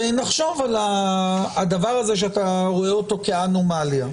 ונחשוב על הדבר הזה שאתה רואה אותו כאנומליה,